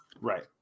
Right